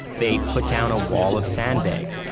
they put down a wall of sandbags.